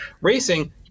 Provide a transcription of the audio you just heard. Racing